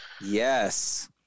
yes